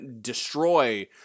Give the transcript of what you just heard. destroy